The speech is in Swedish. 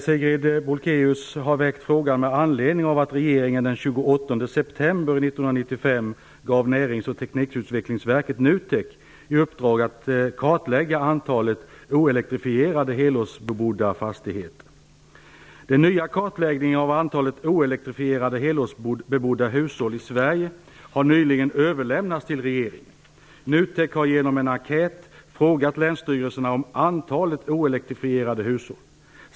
Sigrid Bolkéus har väckt frågan med anledning av att regeringen den 28 september 1995 gav Näringsoch teknikutvecklingsverket, NUTEK, i uppdrag att kartlägga antalet oelektrifierade helårsbebodda fastigheter. Den nya kartläggningen av antalet oelektrifierade helårsbebodda hushåll i Sverige har nyligen överlämnats till regeringen. NUTEK har genom en enkät frågat länsstyrelserna om antalet oelektrifierade hushåll.